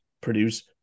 produce